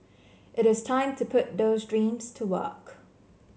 it is time to put those dreams to work